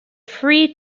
free